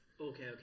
okay